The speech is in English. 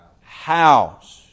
house